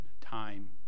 time